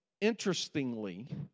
Interestingly